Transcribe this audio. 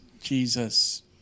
Jesus